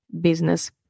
business